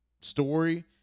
story